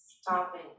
stopping